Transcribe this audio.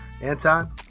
Anton